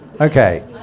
Okay